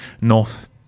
north